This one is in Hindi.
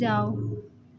जाओ